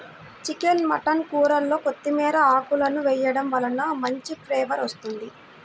chicken mutton కూరల్లో కొత్తిమీర ఆకులను వేయడం వలన మంచి ఫ్లేవర్ వస్తుంది